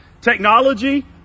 technology